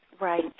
Right